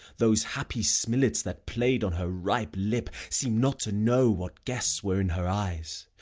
those happy smilets that play'd on her ripe lip seem'd not to know what guests were in her eyes,